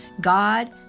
God